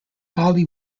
holly